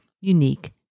unique